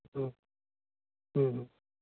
ᱦᱮᱸ ᱦᱮᱸ